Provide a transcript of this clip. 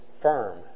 firm